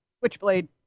Switchblade